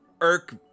irk